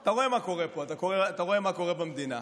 אתה רואה מה קורה פה, אתה רואה מה קורה במדינה.